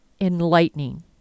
enlightening